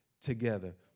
together